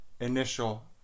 initial